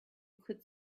could